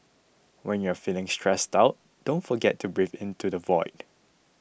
when you are feeling stressed out don't forget to breathe into the void